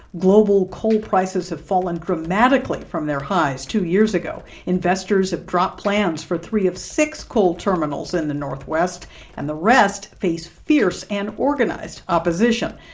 global coal prices have fallen dramatically from their highs two years ago. investors have dropped plans for three of six coal terminals in the northwest and the rest face fierce and organized opposition.